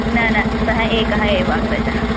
न न सः एकः एव अग्रजः